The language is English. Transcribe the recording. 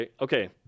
okay